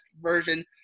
version